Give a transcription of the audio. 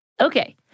Okay